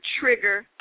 trigger